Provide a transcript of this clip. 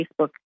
Facebook